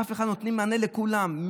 נותנים מענה לכולם,